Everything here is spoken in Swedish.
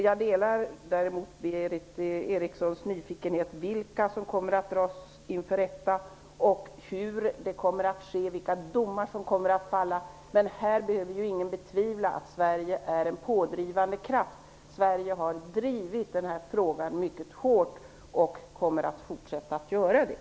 Jag delar Berith Erikssons nyfikenhet på vilka som kommer att ställas inför rätta, hur det skall ske och vilka domar som kommer att falla. Här behöver ingen betvivla att Sverige är en pådrivande kraft. Sverige har drivit denna fråga mycket hårt och kommer att fortsätta att göra det.